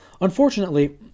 Unfortunately